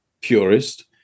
purist